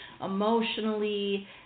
emotionally